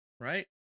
right